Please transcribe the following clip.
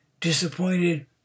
disappointed